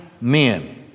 men